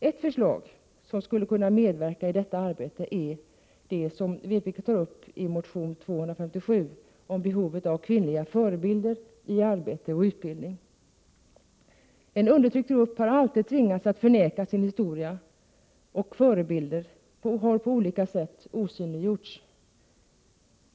Ett förslag som skulle kunna medverka i detta arbete är det som vpk tar upp i motion A257 om behovet av kvinnliga förebilder i arbete och utbildning. En undertryckt grupp har alltid tvingats att förneka sin historia, och förebilder har på olika sätt osynliggjorts.